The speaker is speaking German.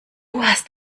hast